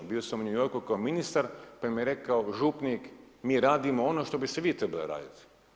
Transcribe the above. Bio sam u New Yorku kao ministar pa mi je rekao župnik, mi radimo ono što bi ste vi trebali raditi.